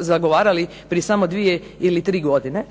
zagovarali prije samo dvije ili tri godine.